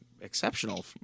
exceptional